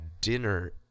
dinner